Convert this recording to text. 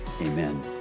amen